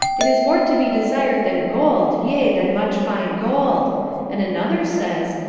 it is more to be desired than gold, yea, than much fine gold and another says,